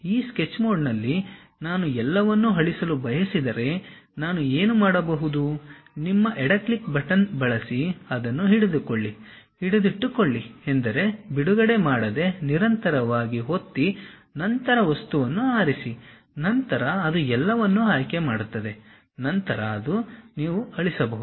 ಈ ಸ್ಕೆಚ್ ಮೋಡ್ನಲ್ಲಿ ನಾನು ಎಲ್ಲವನ್ನೂ ಅಳಿಸಲು ಬಯಸಿದರೆ ನಾನು ಏನು ಮಾಡಬಹುದು ನಿಮ್ಮ ಎಡ ಕ್ಲಿಕ್ ಬಟನ್ ಬಳಸಿ ಅದನ್ನು ಹಿಡಿದುಕೊಳ್ಳಿ ಹಿಡಿದಿಟ್ಟುಕೊಳ್ಳಿ ಎಂದರೆ ಬಿಡುಗಡೆ ಮಾಡದೆ ನಿರಂತರವಾಗಿ ಒತ್ತಿ ನಂತರ ವಸ್ತುವನ್ನು ಆರಿಸಿ ನಂತರ ಅದು ಎಲ್ಲವನ್ನೂ ಆಯ್ಕೆ ಮಾಡುತ್ತದೆ ನಂತರ ಅದನ್ನು ನೀವು ಅಳಿಸಬಹುದು